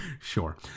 Sure